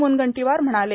मुनगंटीवार म्हणाले